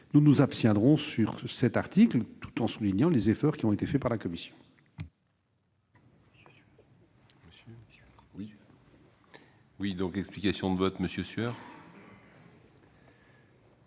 nous nous abstiendrons sur cet article, tout en soulignant les efforts réalisés par la commission.